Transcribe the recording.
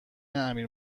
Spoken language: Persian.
امیر